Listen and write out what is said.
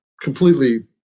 completely